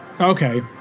okay